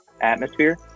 atmosphere